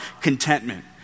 contentment